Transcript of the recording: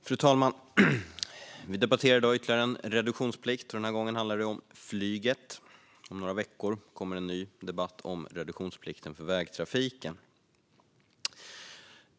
Fru talman! Vi debatterar i dag ytterligare en fråga om reduktionsplikt. Den här gången handlar det om flyget. Om några veckor kommer en ny debatt om reduktionsplikten för vägtrafiken.